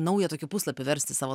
naują tokį puslapį versti savo